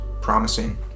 promising